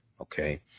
Okay